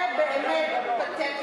כן, זה באמת פתטי.